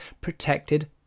protected